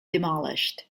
demolished